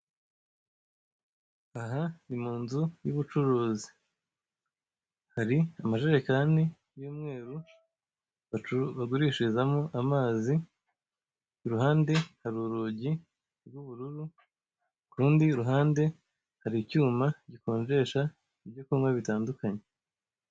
Aha ni mu nzu y'ubucuruzi hari amajerekani y'umweru bagurishirizama amazi, iruhande hari urugi rw'ubururu k'urundi ruhande hari icyuma gikonjesha ibyo kunywa bitandukanye.